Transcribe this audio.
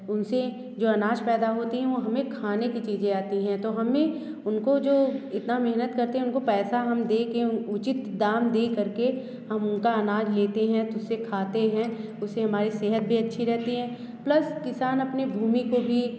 उन से जो अनाज पैदा होते हैं वो हमें खाने कि चीज़े आती हैं तो हमें उनको जो इतना मेहनत करते हैं उनको पैसा हम दे के उन उचित दाम दे कर के हम उनका अनाज लेते हैं तो उसे खाते हैं उससे हमारी सेहत भी अच्छी रहती है प्लस किसान अपनी भूमी को भी